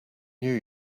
new